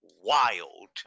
wild